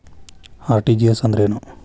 RTGS ಅಂದ್ರೇನು?